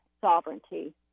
sovereignty